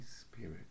Spirit